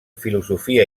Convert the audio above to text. filosofia